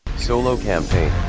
solo campaign,